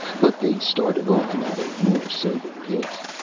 but they started on at a more sober pace.